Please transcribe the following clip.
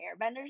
airbenders